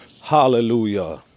hallelujah